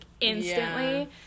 instantly